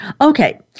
Okay